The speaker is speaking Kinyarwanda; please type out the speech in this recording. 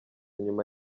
nyuma